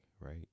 right